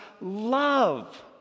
love